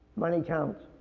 money counts.